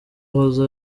uwahoze